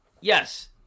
Yes